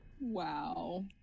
Wow